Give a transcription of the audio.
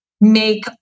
make